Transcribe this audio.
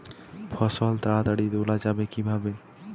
ফসল তাড়াতাড়ি তোলা যাবে কিভাবে?